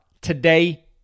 today